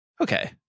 okay